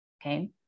okay